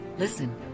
Listen